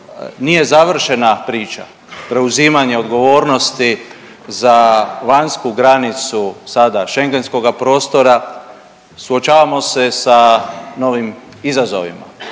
nije završena priča preuzimanja odgovornosti za vanjsku granicu sada Schengenskoga prostora. Suočavamo se sa novim izazovima.